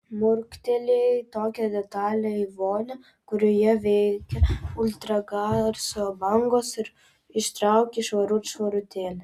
murktelėjai tokią detalią į vonią kurioje veikia ultragarso bangos ir ištrauki švarut švarutėlę